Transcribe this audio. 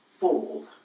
fold